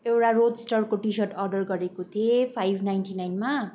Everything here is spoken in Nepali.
एउटा रोज स्टरको टी सर्ट अर्डर गरेको थिएँ फाइभ नाइन्टी नाइनमा